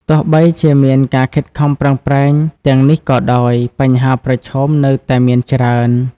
ទោះបីជាមានការខិតខំប្រឹងប្រែងទាំងនេះក៏ដោយ បញ្ហាប្រឈមនៅតែមានច្រើន។